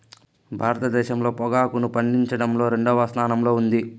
భారతదేశం పొగాకును పండించడంలో రెండవ స్థానంలో ఉంది